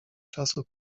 czasu